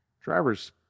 Drivers